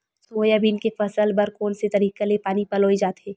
Soybean के फसल बर कोन से तरीका ले पानी पलोय जाथे?